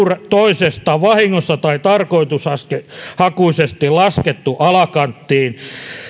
toisesta vahingossa tai tarkoitushakuisesti laskettu alakanttiin